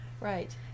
Right